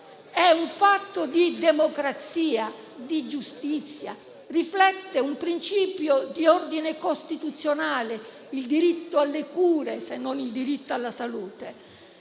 È un fatto di democrazia e giustizia e riflette un principio di ordine costituzionale (il diritto alle cure, se non il diritto alla salute).